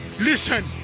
listen